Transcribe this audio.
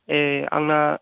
ए आंना